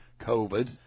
COVID